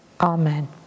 Amen